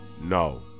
No